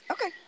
okay